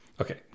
Okay